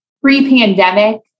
pre-pandemic